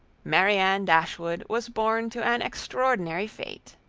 marianne dashwood was born to an extraordinary fate.